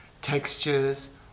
textures